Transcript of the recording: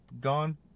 gone